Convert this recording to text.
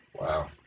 Wow